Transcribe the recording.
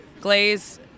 glaze